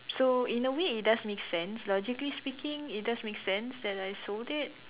so in a way it does makes sense logically speaking it does makes sense that I sold it